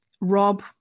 Rob